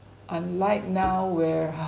unlike now where